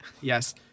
Yes